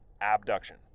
abduction